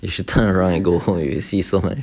you should turn around and go home if you see so much